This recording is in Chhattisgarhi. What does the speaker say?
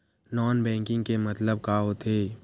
नॉन बैंकिंग के मतलब का होथे?